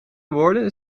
woorden